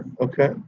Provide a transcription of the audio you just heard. okay